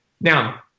Now